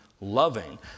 loving